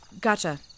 Gotcha